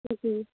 جی